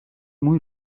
muy